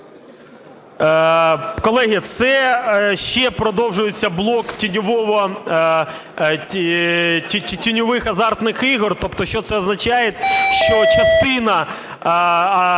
Колеги, це ще продовжується блок тіньових азартних ігор. Тобто що це означає? Що частина